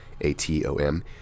A-T-O-M